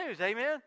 amen